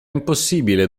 impossibile